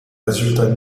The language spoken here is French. résultat